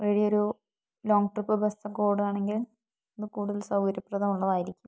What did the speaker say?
വഴിയൊരു long trip ബസ്സൊക്കെ ഓടുകയാണെങ്കിൽ നമുക്ക് കൂടുതൽ സൗകര്യപ്രദമുള്ളതായിരിക്കും